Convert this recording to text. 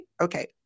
Okay